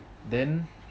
then